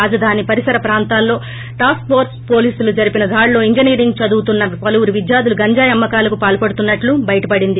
రాజధాని పరిసర ప్రాంతాల్లో టాస్క్ఫోర్చ్ పోలీసులు జరిపిన దాడుల్లో ఇంజనీరింగ్ చదువుతున్న పలువురు విద్యార్థులు గంజాయి అమ్మకాలకు పాల్సడుతున్నట్లు బయటపడింది